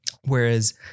Whereas